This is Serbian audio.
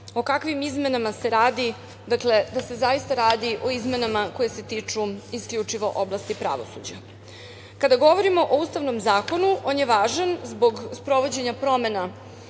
o kakvim izmenama se radi, da se zaista radi o izmenama koje se tiču isključivo oblasti pravosuđa. Kada govorimo o Ustavnom zakonu, on je važan zbog sprovođenja promena